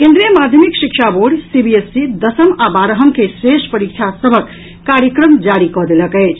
केन्द्रीय माध्यमिक शिक्षा बोर्ड सीबीएसई दसम आ बारहम के शेष परीक्षा सभक कार्यक्रम जारी कऽ देलक अछि